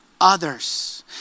others